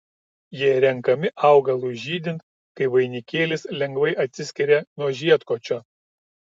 jie renkami augalui žydint kai vainikėlis lengvai atsiskiria nuo žiedkočio